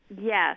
Yes